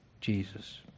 Jesus